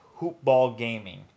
HoopBallGaming